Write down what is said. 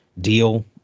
deal